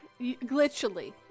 Glitchily